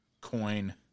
coin